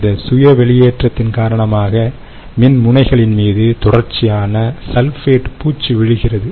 இந்த சுய வெளியேற்றத்தின் காரணமாக மின்முனைகளின் மீது தொடர்ச்சியான சல்பேட்டு பூச்சு விழுகிறது